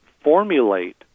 formulate